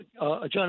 John